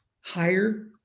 higher